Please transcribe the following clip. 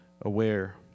aware